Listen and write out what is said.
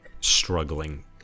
struggling